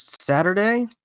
Saturday